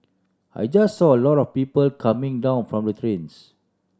I just saw a lot of people coming down from the trains